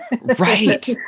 Right